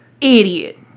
idiot